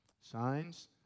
signs